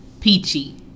Peachy